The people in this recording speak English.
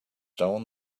down